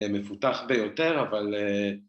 מפותח ביותר אבל